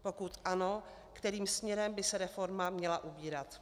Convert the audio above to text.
Pokud ano, kterým směrem by se reforma měla ubírat?